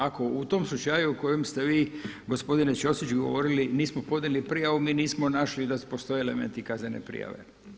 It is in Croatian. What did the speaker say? Ako u tom slučaju u kojem ste vi gospodine Ćosić govorili, … smo podnijeli prijavu mi nismo našli da postoje elementi kaznene prijave.